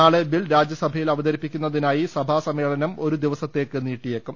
നാളെ ബിൽ രാജ്യസഭയിൽ അവതരിപ്പിക്കുന്നതിനായി സഭാസമ്മേളനം ഒരു ദിവസ ത്തേക്ക് നീട്ടിയേക്കും